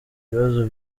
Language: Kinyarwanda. ibibazo